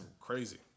crazy